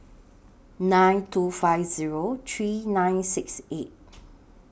nine two five Zero three nine six eight